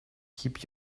keep